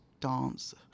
dance